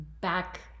back